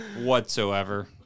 whatsoever